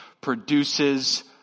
produces